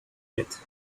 yet